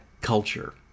culture